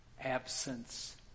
absence